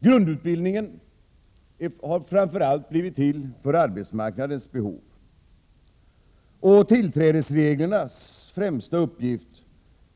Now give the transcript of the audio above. Grundutbildningen har framför allt blivit till för arbetsmarknadens behov, och tillträdesreglernas främsta uppgift